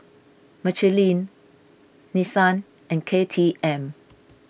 Michelin Nissan and K T M